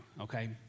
okay